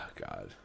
God